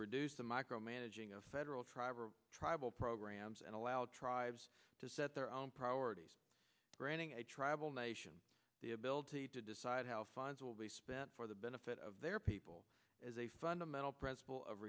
reduce the micro managing of federal tribes tribal programs and allowed tribes to set their own priorities granting a tribal nation the ability to decide how funds will be spent for the benefit of their people as a fundamental principle of